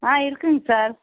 ஆ இருக்குதுங்க சார்